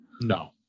No